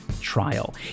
trial